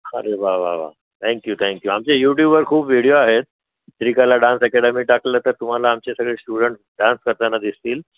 अरे वा वा वा थँक्यू थँक्यू आमचे युट्यूबवर खूप व्हिडीओ आहेत श्रीकला डान्स ॲकॅडमी टाकलं तर तुम्हाला आमचे सगळे श्टूडन्ट डान्स करताना दिसतील